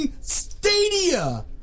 Stadia